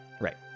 right